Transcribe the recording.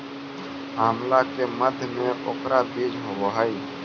आंवला के मध्य में ओकर बीज होवअ हई